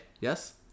Yes